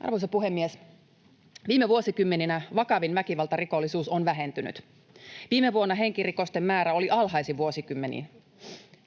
Arvoisa puhemies! Viime vuosikymmeninä vakavin väkivaltarikollisuus on vähentynyt. Viime vuonna henkirikosten määrä oli alhaisin vuosikymmeniin.